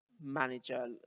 manager